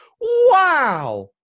Wow